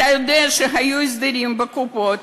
אתה יודע שהיו הסדרים בקופות,